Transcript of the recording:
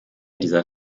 dieser